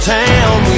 town